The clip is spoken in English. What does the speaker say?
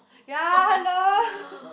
ya hello